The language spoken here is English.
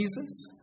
Jesus